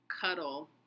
cuddle